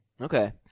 Okay